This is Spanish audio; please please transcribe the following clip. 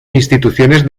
instituciones